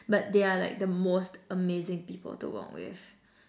but they are like the most amazing people to work with